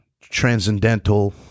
transcendental